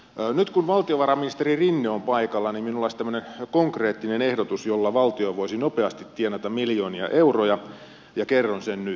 nyt kun valtiovarainministeri rinne on paikalla minulla olisi tämmöinen konkreettinen ehdotus jolla valtio voisi nopeasti tienata miljoonia euroja ja kerron sen nyt